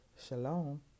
Shalom